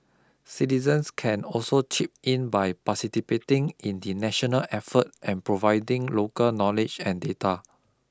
citizens can also chip in by participating in the national effort and providing local knowledge and data